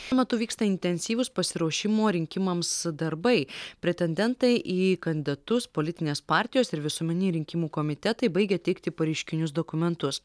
šiuo metu vyksta intensyvūs pasiruošimo rinkimams darbai pretendentai į kandidatus politinės partijos ir visuomeniniai rinkimų komitetai baigia teikti pareiškinius dokumentus